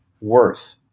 worth